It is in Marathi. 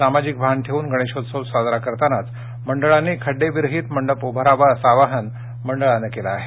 सामाजिक भान ठेवून गणेशोत्सव साजरा करतानाच मंडळांनी खड्डेविरहीत मंडप उभारावा असं आवाहन मंडळानं केलं आहे